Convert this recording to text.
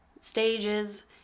stages